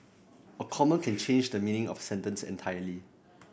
a comma can change the meaning of sentence entirely